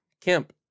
Kemp